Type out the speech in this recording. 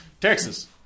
Texas